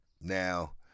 Now